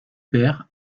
peyre